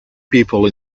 people